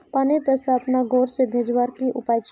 पानीर पैसा अपना घोर से भेजवार की उपाय छे?